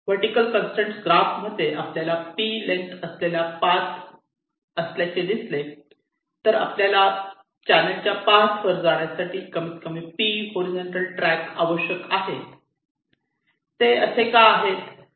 vertical constraint ग्राफमध्ये आपल्याला 'p' length असलेला पाथ चा असल्याचे दिसले तर आपल्याला चॅनेलच्या पाथवर जाण्यासाठी कमीतकमी ' p' हॉरिझॉन्टल ट्रॅक आवश्यक आहेत ते असे का आहे